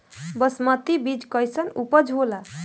बासमती बीज कईसन उपज होला?